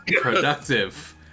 productive